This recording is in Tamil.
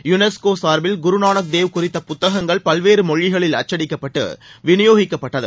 யுனஸ்கோ சார்பில் குருநானக் தேவ் குறித்த புத்தகங்கள் பல்வேறு மொழிகளில் அச்சடிக்கப்பட்டு விநியோகிக்கப்பட்டது